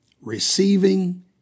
receiving